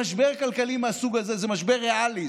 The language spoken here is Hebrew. המשבר הכלכלי מהסוג הזה זה משבר ריאלי.